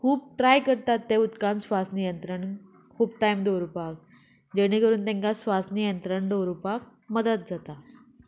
खूब ट्राय करतात ते उदकान स्वास नियंत्रण खूब टायम दवरुपाक जेणे करून तेंकां स्वास नियंत्रण दवरुपाक मदत जाता